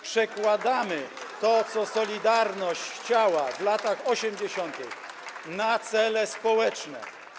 przekładamy to, czego „Solidarność” chciała w latach 80., na cele społeczne.